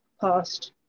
Past